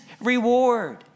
reward